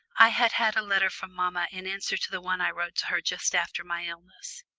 i had had a letter from mamma in answer to the one i wrote to her just after my illness.